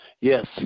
yes